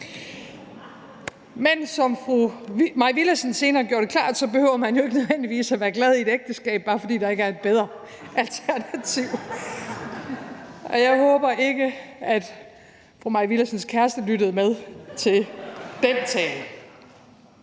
Men som fru Mai Villadsen senere gjorde det klart, behøver man jo ikke nødvendigvis at være glad i et ægteskab, bare fordi der ikke er et bedre alternativ, og jeg håber ikke, at fru Mai Villadsens kæreste lyttede med til den tale.